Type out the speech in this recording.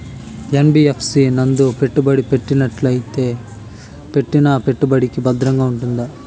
NBFC నందు పెట్టుబడి పెట్టినట్టయితే పెట్టిన పెట్టుబడికి భద్రంగా ఉంటుందా?